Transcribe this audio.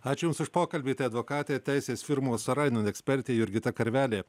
ačiū jums už pokalbį tai advokatė teisės firmos rainen ekspertė jurgita karvelė